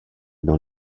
dans